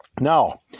Now